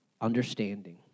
understanding